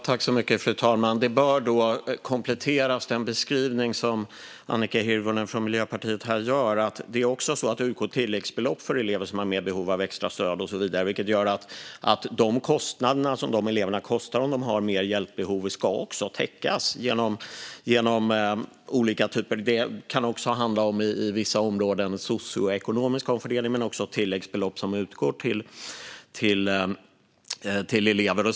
Fru talman! Den beskrivning som Annika Hirvonen från Miljöpartiet här ger bör då kompletteras. Det utgår också tilläggsbelopp för elever som har mer behov av extra stöd och så vidare, vilket gör att de kostnader som elever med större hjälpbehov medför ska täckas. Det kan också i vissa områden handla om socioekonomisk omfördelning men också tilläggsbelopp som utgår till elever.